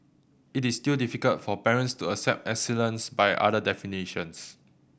it is still difficult for parents to accept excellence by other definitions